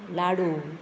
लाडू